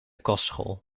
kostschool